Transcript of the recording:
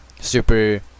super